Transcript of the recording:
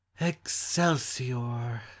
excelsior